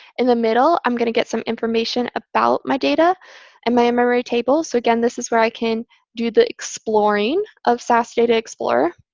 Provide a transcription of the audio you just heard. in the middle, i'm going to get some information about my data and my memory table. so again, this is where i can do the exploring of sas data explorer.